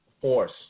force